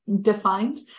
defined